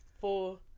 four